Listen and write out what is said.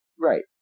Right